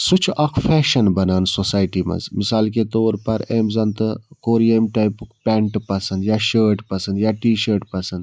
سُہ چھُ اَکھ فیشَن بَنان سوسایٹی منٛز مِثال کے طور پَر أمۍ زَن تہٕ کوٚر ییٚمہِ ٹایپُک پینٛٹہٕ پَسنٛد یا شٲرٹ پَسنٛد یا ٹی شٲرٹ پَسنٛد